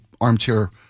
armchair